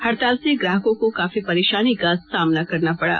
हड़ताल से ग्राहकों को काफी परेशानी का सामना करना पड़ा